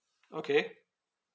okay